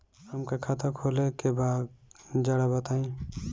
हमका खाता खोले के बा जरा बताई?